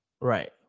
right